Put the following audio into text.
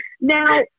Now